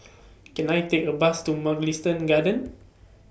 Can I Take A Bus to Mugliston Gardens